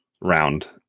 round